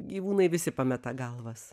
gyvūnai visi pameta galvas